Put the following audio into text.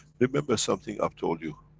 remember something i've told you,